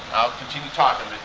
continue talking